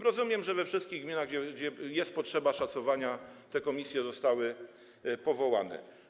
Rozumiem, że we wszystkich gminach, gdzie jest potrzeba szacowania, te komisje zostały powołane.